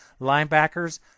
Linebackers